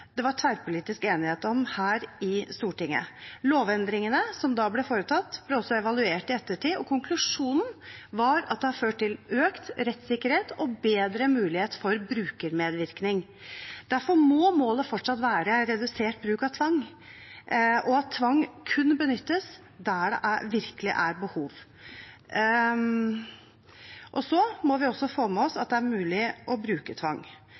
det, meg bekjent, var tverrpolitisk enighet om her i Stortinget. Lovendringene som da ble foretatt, ble også evaluert i ettertid, og konklusjonen var at det har ført til økt rettssikkerhet og bedre mulighet for brukermedvirkning. Derfor må målet fortsatt være redusert bruk av tvang og at tvang kun benyttes der det virkelig er behov. Så må vi også få med oss at det er mulig å bruke tvang.